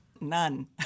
None